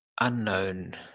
unknown